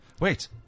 Wait